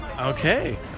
Okay